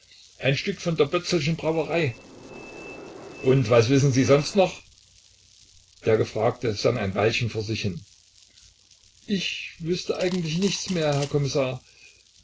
ein stück von der bötzelschen brauerei und was wissen sie sonst noch der gefragte sann ein weilchen vor sich hin ich wüßte eigentlich nichts mehr herr kommissar